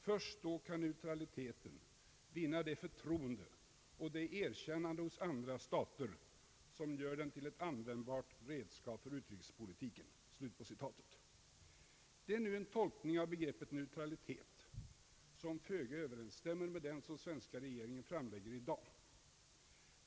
»Först då kan neutraliteten vinna det förtroende och det erkännande hos andra stater, som gör den till ett användbart redskap för utrikespolitiken.» Det är nu en tolkning av begreppet neutralitet, som föga överensstämmer med den som svenska regeringen framlägger i dag.